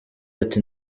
ati